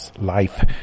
life